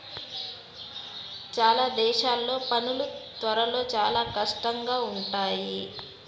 చాలా దేశాల్లో పనులు త్వరలో చాలా కష్టంగా ఉంటాయి